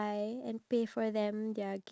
it's brown